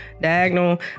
diagonal